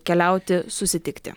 keliauti susitikti